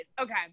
Okay